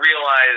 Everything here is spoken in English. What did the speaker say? realize